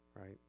right